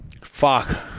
Fuck